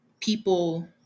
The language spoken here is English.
people